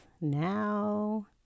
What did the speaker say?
now